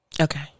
okay